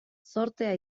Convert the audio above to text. zortea